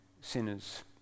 sinners